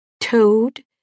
Toad